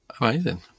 Amazing